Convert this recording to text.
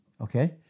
okay